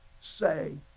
say